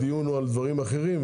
הדיון הוא על דברים אחרים,